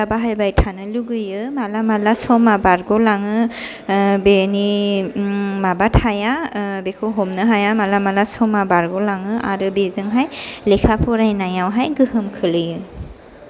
गथ'फोरा बाहायबाय थानो लुबोयो माला माला सम आ बारग'लांओ बे नि माबा थाया बे खौ हमनो हाया माला माला सम आ बारग'लांयो आरो बेजों हाय लेखा फरायनायावहाय गोहोम खोलैयो